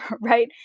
right